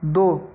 दो